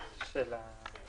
בשעה